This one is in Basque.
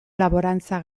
laborantza